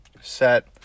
set